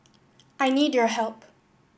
I need your help